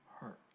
hurt